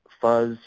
fuzz